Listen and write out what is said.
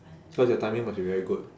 cause your timing must be very good